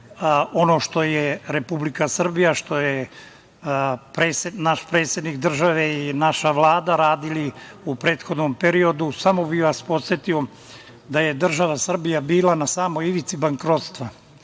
ono što je Republika Srbija, što je naš predsednik države i naša Vlada radili u prethodnom periodu i samo bih vas podsetio da je država Srbija bila na samoj ivici bankrotstva.